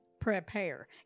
Prepare